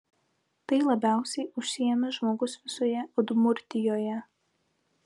tai labiausiai užsiėmęs žmogus visoje udmurtijoje